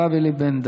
הרב אלי בן-דהן.